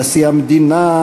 נשיא המדינה,